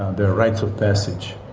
there are rites of passage.